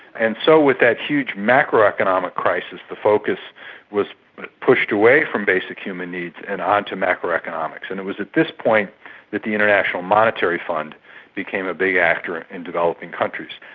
and so with that huge macroeconomic crisis, the focus was pushed away from basic human needs and onto macroeconomics, and was at this point that the international monetary fund became a big actor in developing countries.